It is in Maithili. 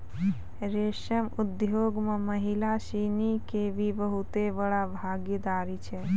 रेशम उद्योग मॅ महिला सिनि के भी बहुत बड़ो भागीदारी छै